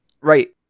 Right